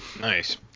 Nice